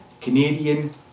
Canadian